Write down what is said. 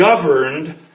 governed